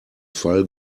fall